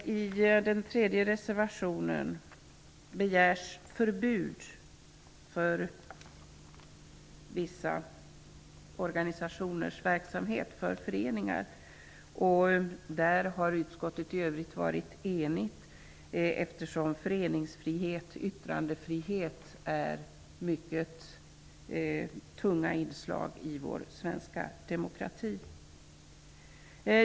I den tredje reservationen begärs förbud för vissa organisationers verksamhet. Utskottet har för övrigt varit enigt när det gäller avslag, eftersom föreningsfrihet och yttrandefrihet är mycket tunga inslag i vår svenska demokrati.